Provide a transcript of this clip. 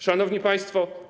Szanowni Państwo!